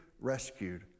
rescued